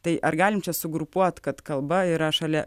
tai ar galim čia sugrupuot kad kalba yra šalia